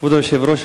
כבוד היושב-ראש,